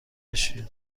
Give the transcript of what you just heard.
بشی